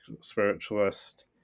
spiritualist